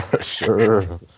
sure